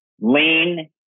Lean